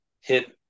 hit